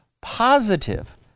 positive